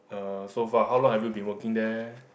uh so far how long have you been working there